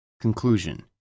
Conclusion